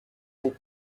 vous